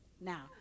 Now